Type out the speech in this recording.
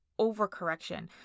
overcorrection